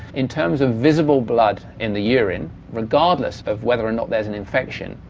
in terms of visible blood in the urine regardless of whether or not there's an infection,